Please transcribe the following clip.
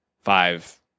five